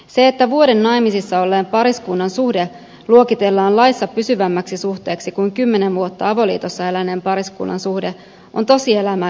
se että vuoden naimisissa olleen pariskunnan suhde luokitellaan laissa pysyvämmäksi suhteeksi kuin kymmenen vuotta avoliitossa eläneen pariskunnan suhde on tosielämää yksinkertaistavaa